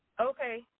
Okay